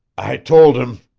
i told him,